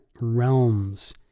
realms